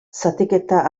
zatiketa